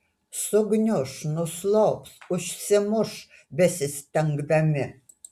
sugniuš nuslops užsimuš besistengdami